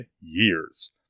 years